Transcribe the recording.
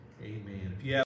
amen